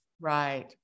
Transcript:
Right